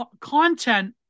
content